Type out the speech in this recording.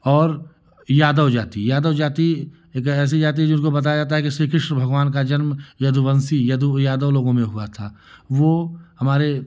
और यादव जाति यादव जाति एक ऐसी जाति जिसको बताया जता है कि श्रीकृष्ण भगवान का जन्म यदुवंशी यदु यादव लोगों में हुआ था वह हमारे